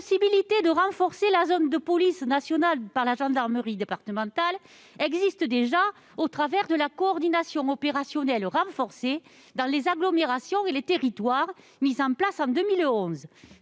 de renforcer la zone de police nationale par la gendarmerie départementale existe déjà au travers de la coordination opérationnelle renforcée dans les agglomérations et les territoires (Corat), mise en place en 2011.